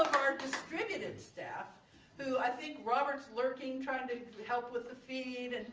our distributed staff who i think robert is lurking, trying to help with the feed, and